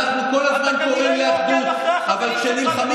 אתה כנראה לא עוקב אחרי החברים שלך,